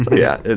yeah,